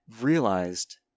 realized